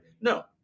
No